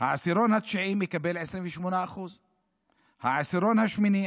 העשירון התשיעי מקבל 28%; העשירון השמיני,